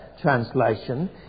translation